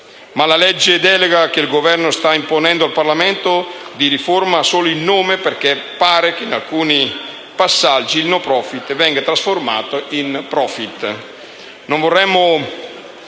Ma la legge delega che il Governo sta imponendo al Parlamento di riforma ha solo il nome, perché pare che in alcuni passaggi il *no profit* venga trasformato in *profit*.